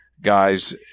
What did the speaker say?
guys